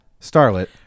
starlet